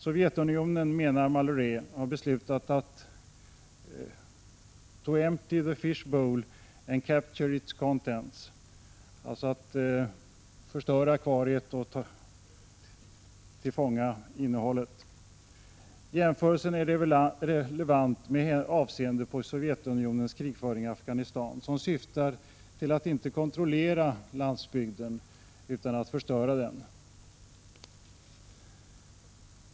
Sovjetunionen, menar Malhuret, har beslutat ”to empty the fish bowl and capture its contents” — att tömma akvariet och tillfångata innehållet. Jämförelsen är relevant med avseende på Sovjetunionens krigföring i Afghanistan, som syftar inte till att kontrollera landsbygden utan till att förstöra den.